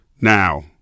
Now